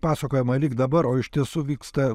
pasakojama lyg dabar o iš tiesų vyksta